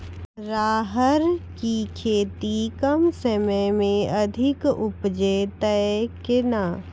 राहर की खेती कम समय मे अधिक उपजे तय केना?